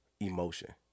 emotion